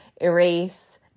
erase